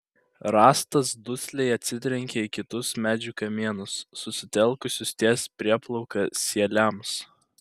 rąstas dusliai atsitrenkė į kitus medžių kamienus susitelkusius ties prieplauka sieliams